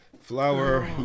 Flour